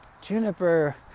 Juniper